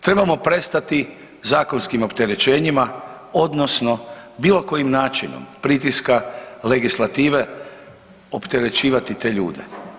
Trebamo prestati zakonskim opterećenjima odnosno bilo kojim načinom pritiska legislative opterećivati te ljude.